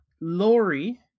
Lori